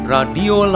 Radio